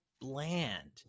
bland